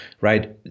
right